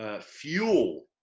Fuel